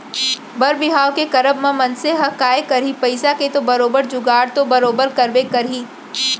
बर बिहाव के करब म मनसे ह काय करही पइसा के तो बरोबर जुगाड़ तो बरोबर करबे करही